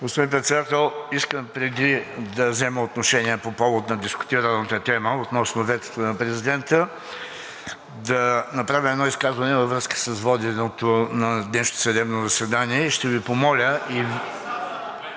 Господин Председател, искам, преди да взема отношение по повод на дискутираната тема относно ветото на президента, да направя изказване във връзка с воденето на днешното съдебно заседание и ще Ви помоля…